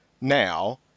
now